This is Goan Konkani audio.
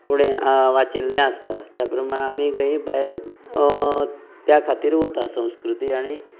फुडें वाचिल्लें आसता त्या प्रमाण आमी खंयी भायर त्या खातीर वता संस्कृती आनी